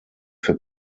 für